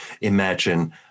imagine